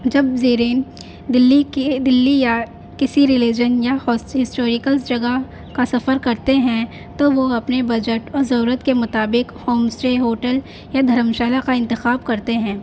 جب زرین دلی کے دلی یا کسی ریلیجن یا ہسٹوریکلس جگہ کا سفر کرتے ہیں تو وہ اپنے بجٹ اور ضرورت کے مطابق ہوم اسٹے ہوٹل یا دھرمشالہ کا انتخاب کرتے ہیں